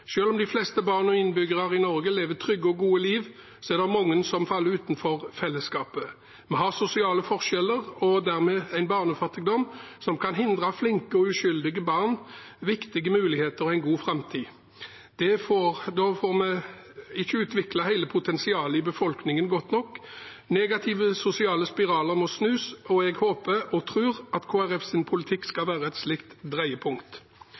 om de fleste barn og innbyggere i Norge lever trygge og gode liv, er det mange som faller utenfor fellesskapet. Vi har sosiale forskjeller og dermed en barnefattigdom som kan hindre flinke og uskyldige barn i å få viktige muligheter og en god framtid. Da får vi ikke utviklet hele potensialet i befolkningen godt nok. Negative sosiale spiraler må snus. Jeg håper og tror at Kristelig Folkepartis politikk skal være et slikt dreiepunkt.